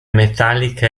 metallica